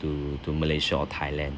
to to malaysia or thailand